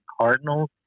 Cardinals